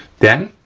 then